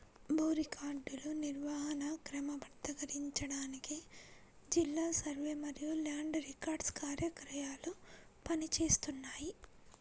భూ రికార్డుల నిర్వహణను క్రమబద్ధీకరించడానికి జిల్లా సర్వే మరియు ల్యాండ్ రికార్డ్స్ కార్యాలయాలు పని చేస్తున్నాయి